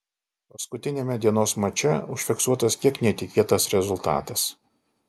paskutiniame dienos mače užfiksuotas kiek netikėtas rezultatas